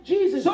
Jesus